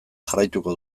jarraituko